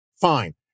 Fine